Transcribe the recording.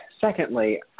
secondly